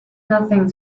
nothing